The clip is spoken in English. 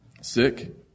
sick